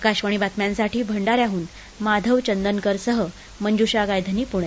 आकाशवाणी बातम्यांसाठी भंडाऱ्याहून माधव चंदनकरसह मंजूषा गायधनी पूणे